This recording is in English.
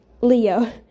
Leo